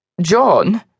John